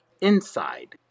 inside